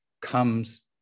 comes